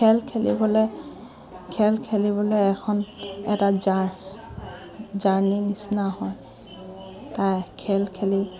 খেল খেলিবলৈ খেল খেলিবলৈ এখন এটা জাৰ জাৰ্ণি নিচিনা হয় তাই খেল খেলি